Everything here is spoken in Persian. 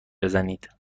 بزنید